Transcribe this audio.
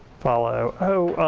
follow? oh.